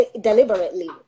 deliberately